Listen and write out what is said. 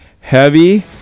Heavy